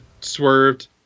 swerved